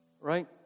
Right